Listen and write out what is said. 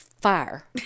fire